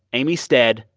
amy stead,